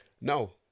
No